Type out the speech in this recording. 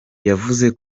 yavuze